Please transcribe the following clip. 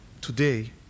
today